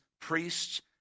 priests